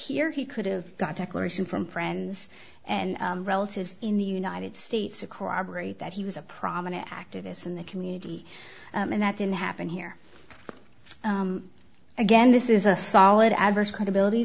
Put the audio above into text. here he could've got declaration from friends and relatives in the united states a core operate that he was a prominent activists in the community and that didn't happen here again this is a solid adverse credibility